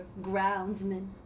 groundsman